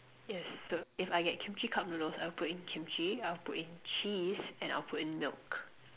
yes so if I get kimchi cup noodles I'll put in kimchi I'll would put in cheese and I'll put in milk